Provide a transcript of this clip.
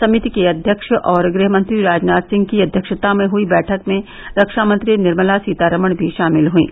समिति के अध्यक्ष और गृहमंत्री राजनाथ सिंह की अध्यक्षता में हुई बैठक में रक्षामंत्री निर्मला सीतारमन भी शामिल हुईं